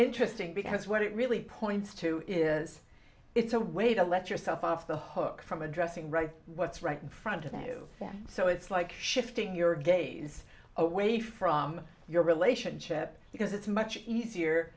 interesting because what it really points to is it's a way to let yourself off the hoax from addressing what's right in front of the you so it's like shifting your gaze away from your relationship because it's much easier